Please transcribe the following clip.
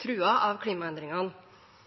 truet av